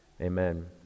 Amen